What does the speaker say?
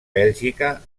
bèlgica